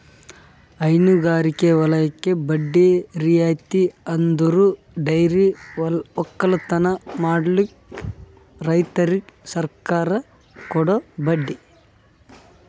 ಹೈನಗಾರಿಕೆ ವಲಯಕ್ಕೆ ಬಡ್ಡಿ ರಿಯಾಯಿತಿ ಅಂದುರ್ ಡೈರಿ ಒಕ್ಕಲತನ ಮಾಡ್ಲುಕ್ ರೈತುರಿಗ್ ಸರ್ಕಾರ ಕೊಡೋ ಬಡ್ಡಿ